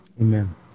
Amen